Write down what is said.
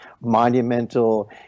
monumental